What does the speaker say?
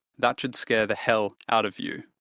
that should scare the hell out of you.